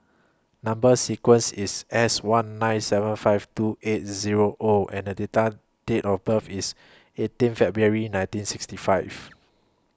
Number sequence IS S one nine seven five two eight Zero O and The Data Date of birth IS eighteen February nineteen sixty five